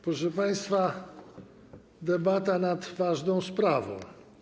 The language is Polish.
Proszę państwa, to debata nad ważną sprawą.